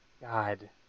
god